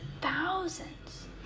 thousands